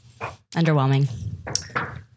Underwhelming